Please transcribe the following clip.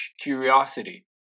curiosity